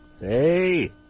Hey